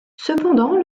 cependant